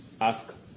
ask